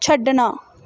ਛੱਡਣਾ